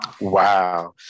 Wow